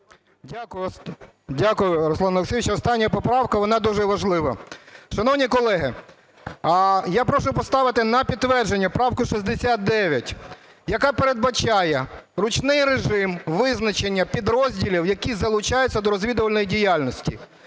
Дякую, Руслане Олексійовичу. Остання поправка і вона дуже важлива. Шановні колеги, я прошу поставити на підтвердження правку 69, яка передбачає ручний режим визначення підрозділів, які залучаються до розвідувальної діяльності.